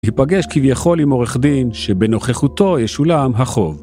‫יפגש כביכול עם עורך דין ‫שבנוכחותו ישולם החוב.